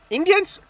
Indians